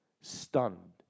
stunned